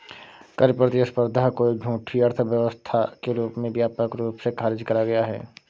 कर प्रतिस्पर्धा को एक झूठी अर्थव्यवस्था के रूप में व्यापक रूप से खारिज करा गया है